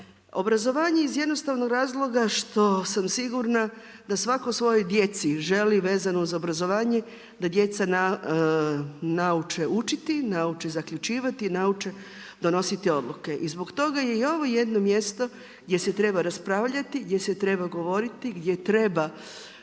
Obrazovanje iz jednostavnog razloga što sam sigurna da svakoj djeci želi vezano uz obrazovanje da djeca nauče uliti, nauče zaključivati, nauče donositi odluke. I zbog toga je i ovo jedno mjesto gdje se treba raspravljati, gdje se treba govoriti, gdje treba